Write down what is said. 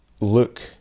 look